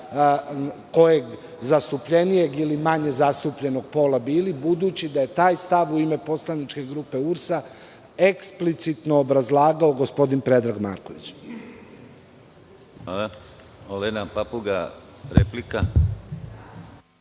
kojeg, zastupljenijeg ili manje zastupljenog pola bili, budući da je taj stav u ime poslaničke grupe URS eksplicitno obrazlagao gospodin Predrag Marković.